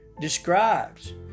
describes